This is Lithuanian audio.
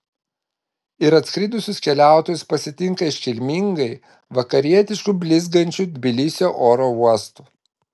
ir atskridusius keliautojus pasitinka iškilmingai vakarietišku blizgančiu tbilisio oro uostu